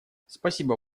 спасибо